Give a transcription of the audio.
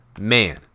Man